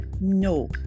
no